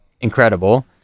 incredible